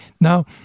Now